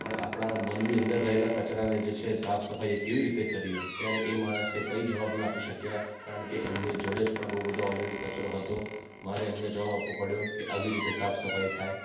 પણ આપણાં મનની અંદર રહેલા કચરાને જે છે સાફ સફાઈ એ કેવી રીતે કરીએ ત્યારે એ માણસે કંઈ જવાબ ન આપી શક્યા કારણ કે એમને જોડે જ પણ બહુ બધો ઓલરેડી કચરો હતો મારે એમને જવાબ આપવો પડ્યો કે આવી રીતે સાફ સફાઈ થાય